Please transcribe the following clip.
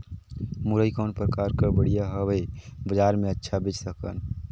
मुरई कौन प्रकार कर बढ़िया हवय? बजार मे अच्छा बेच सकन